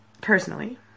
personally